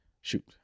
shoot